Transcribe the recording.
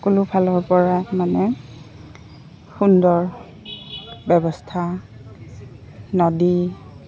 সকলোফালৰপৰা মানে সুন্দৰ ব্যৱস্থা নদী